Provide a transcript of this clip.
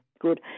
Good